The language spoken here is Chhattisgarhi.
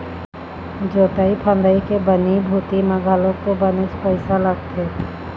जोंतई फंदई के बनी भूथी म घलोक तो बनेच पइसा लगथे